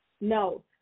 No